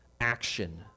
action